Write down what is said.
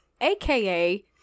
aka